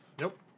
Nope